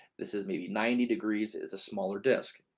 this is maybe ninety degrees is a smaller disc.